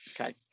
Okay